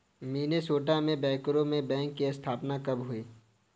Minnesota में बैंकरों के बैंक की स्थापना कब हुई थी?